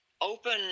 open